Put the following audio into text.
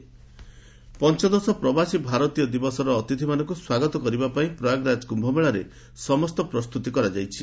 କୁମ୍ଭମେଳା ପ୍ରବାସୀ ପଞ୍ଚଦଶ ପ୍ରବାସୀ ଭାରତୀୟ ଦିବସର ଅତିଥିମାନଙ୍କୁ ସ୍ୱାଗତ କରିବା ପାଇଁ ପ୍ରୟାଗରାଜ କୁୟମେଳାରେ ସମସ୍ତ ପ୍ରସ୍ତୁତି କରାଯାଇଛି